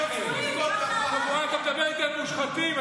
אתה מדבר איתי על מושחתים?